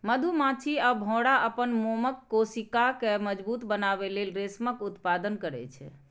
मधुमाछी आ भौंरा अपन मोमक कोशिका कें मजबूत बनबै लेल रेशमक उत्पादन करै छै